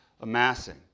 amassing